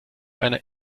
einer